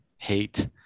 hate